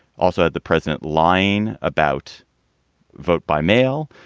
also, the president line about vote by mail,